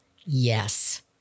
yes